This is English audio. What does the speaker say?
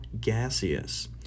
gaseous